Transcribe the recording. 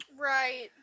Right